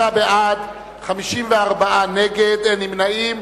33 בעד, 54 נגד, אין נמנעים.